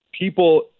people –